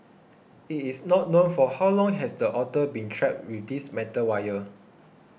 it is not known for how long has the otter been trapped with this metal wire